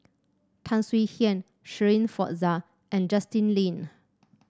Tan Swie Hian Shirin Fozdar and Justin Lean